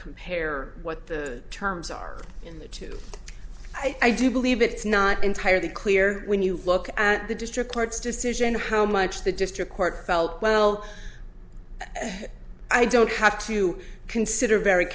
compare what the terms are in the two i do believe it's not entirely clear when you look at the district court's decision or how much the district court felt well i don't have to consider very